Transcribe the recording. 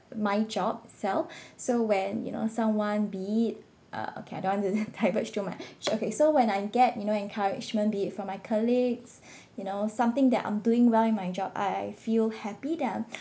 my job sell so when you know someone be it uh okay I don't want to divulge too much okay so when I get you know encouragement be it from my colleagues you know something that I'm doing well in my job I feel happy that I'm